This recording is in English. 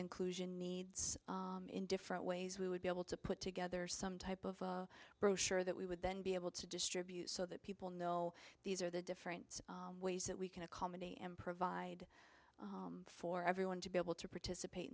inclusion needs in different ways we would be able to put together some type of brochure that we would then be able to distribute so that people know these are the different ways that we can accommodate them provide for everyone to be able to participate